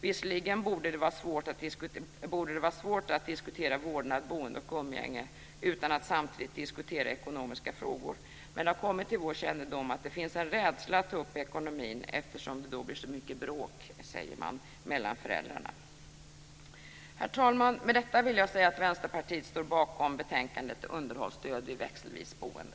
Visserligen borde det vara svårt att diskutera vårdnad, boende och umgänge utan att samtidigt diskutera ekonomiska frågor, men det har kommit till vår kännedom att det finns en rädsla att ta upp ekonomin eftersom det då blir så mycket bråk mellan föräldrarna. Herr talman! Med detta vill jag säga att Vänsterpartiet står bakom betänkandet Underhållsstöd vid växelvis boende.